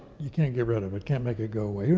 you can't get rid of it, can't make it go away.